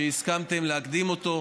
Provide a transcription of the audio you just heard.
שהסכמתם להקדים אותו.